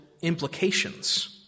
implications